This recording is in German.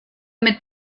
mit